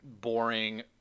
boring